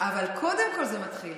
אבל קודם כול זה מתחיל.